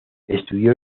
estudió